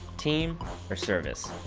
team or service?